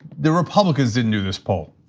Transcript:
the republicans didn't do this poll,